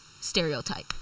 stereotype